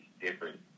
different